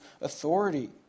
authority